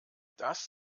das